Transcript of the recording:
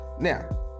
now